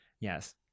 Yes